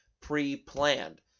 pre-planned